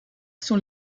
sont